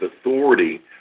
authority